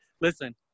listen